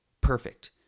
perfect